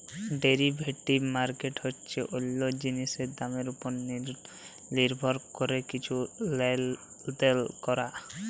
derivative market হছে অল্য জিলিসের দামের উপর লির্ভর ক্যরে কিছু লেলদেল ক্যরা